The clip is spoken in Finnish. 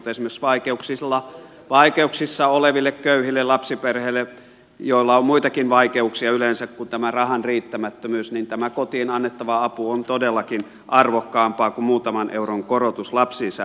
esimerkiksi vaikeuksissa oleville köyhille lapsiperheille joilla on yleensä muitakin vaikeuksia kuin tämä rahan riittämättömyys tämä kotiin annettava apu on todellakin arvokkaampaa kuin muutaman euron korotus lapsilisään